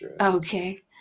okay